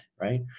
right